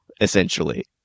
essentially